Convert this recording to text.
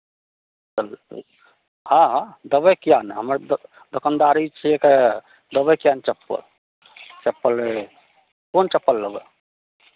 हँ हँ देबै किएक नहि हमर तऽ द् दोकानदारी छियै कऽ देबै किएक नहि चप्पल चप्पल लेबै कोन चप्पल लेबै